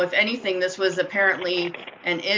if anything this was apparently an i